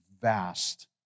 vast